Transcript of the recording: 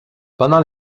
pendant